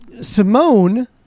Simone